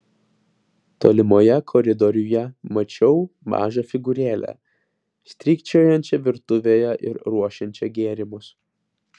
tolumoje koridoriuje mačiau mažą figūrėlę strykčiojančią virtuvėje ir ruošiančią gėrimus